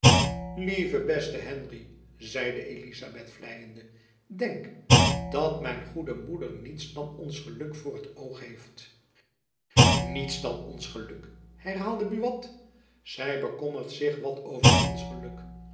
lieve beste henry zeide elizabeth vleiende denk dat mijn goede moeder niets dan ons geluk voor t oog heeft niets dan ons geluk herhaalde buat zy bekommert zich wat over ons geluk